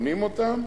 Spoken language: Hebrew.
וקונים אותן,